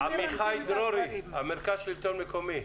עמיחי דרורי ממרכז השלטון המקומי,